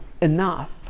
enough